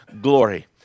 glory